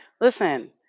Listen